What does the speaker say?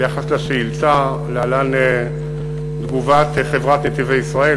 ביחס לשאילתה להלן תגובת חברת "נתיבי ישראל",